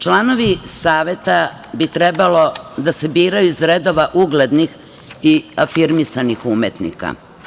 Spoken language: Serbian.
Članovi Saveta bi trebalo da se biraju iz redova uglednih i afirmisanih umetnika.